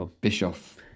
Bischoff